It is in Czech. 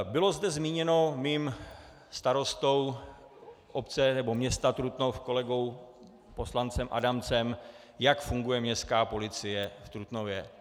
Bylo zde zmíněno mým starostou obce, nebo města Trutnov, kolegou poslancem Adamcem, jak funguje Městská policie v Trutnově.